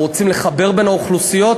אנחנו רוצים לחבר בין האוכלוסיות.